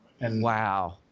Wow